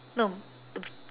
no